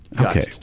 okay